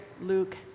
Luke